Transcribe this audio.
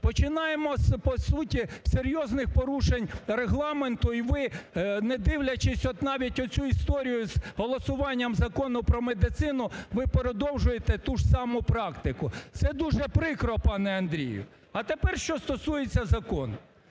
по суті з серйозних порушень по регламенту, і ви, не дивлячись от навіть оцю історію з голосуванням закону про медицину, ви продовжуєте ту ж саму практику. Це дуже прикро, пане Андрію. А тепер, що стосується закону.